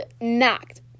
knocked